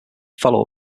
follow